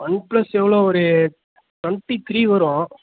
one plus எவ்வளோ ஒரு twenty three வரும்